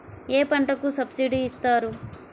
ఏ పంటకు సబ్సిడీ ఇస్తారు?